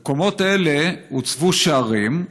במקומות אלה הוצבו שערים,